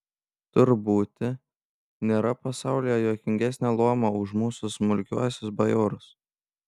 tur būti nėra pasaulyje juokingesnio luomo už mūsų smulkiuosius bajorus